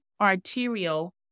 arterial